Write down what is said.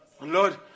Lord